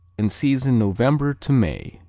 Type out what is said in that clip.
in season november to may.